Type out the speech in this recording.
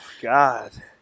God